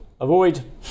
Avoid